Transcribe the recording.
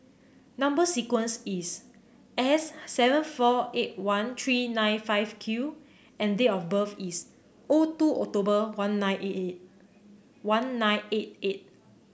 number sequence is S seven four eight one three nine five Q and date of birth is O two October one nine eight eight one nine eight eight